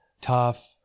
tough